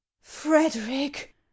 frederick